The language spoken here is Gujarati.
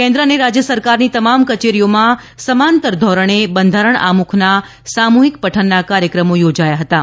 કેન્દ્ર અને રાજ્ય સરકારની તમામ કચેરીઓમાં સમાંતર ધોરણે બંધારણ આમુખનાં સામૂહિક પઠનનાં કાર્યક્રમો યોજાયા હતાં